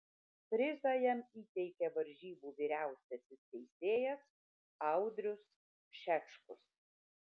prizą jam įteikė varžybų vyriausiasis teisėjas audrius šečkus